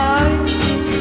eyes